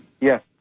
Yes